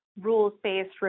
rules-based